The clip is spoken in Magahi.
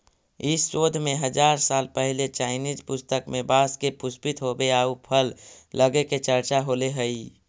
इस शोध में हजार साल पहिले चाइनीज पुस्तक में बाँस के पुष्पित होवे आउ फल लगे के चर्चा होले हइ